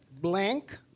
Blank